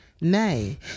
Nay